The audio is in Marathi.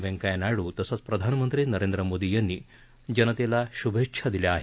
वेंकय्या नायडू तसंच प्रधानमंत्री नरेंद्र मोदी यांनी जनतेला शुभेच्छा दिल्या आहेत